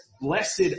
blessed